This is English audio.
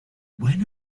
when